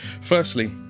firstly